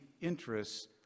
interests